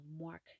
mark